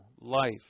Life